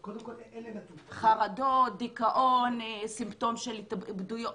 חרדות, דיכאון, סימפטום של התאבדויות?